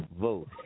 vote